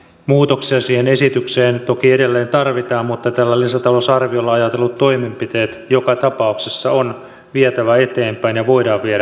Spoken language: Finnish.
muutoksia siihen esitykseen toki edelleen tarvitaan mutta tällä lisätalousarviolla ajatellut toimenpiteet joka tapauksessa on vietävä eteenpäin ja voidaan viedä eteenpäin